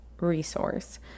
resource